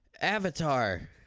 Avatar